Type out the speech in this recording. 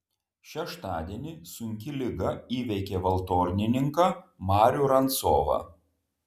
šeštadienį sunki liga įveikė valtornininką marių rancovą